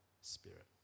spirit